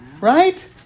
Right